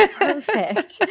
perfect